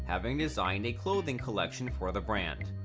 having designed a clothing collection for the brand.